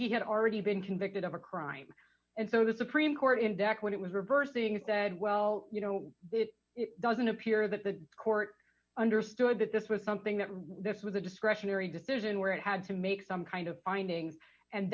he had already been convicted of a crime and so the supreme court in dec when it was reversed things that well you know it doesn't appear that the court understood that this was something that really this was a discretionary decision where it had to make some kind of findings and